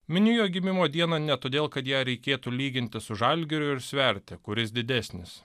miniu jo gimimo dieną ne todėl kad ją reikėtų lyginti su žalgiriu ir sverti kuris didesnis